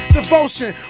devotion